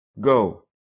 Go